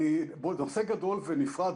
זה נושא גדול ונפרד.